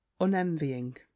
unenvying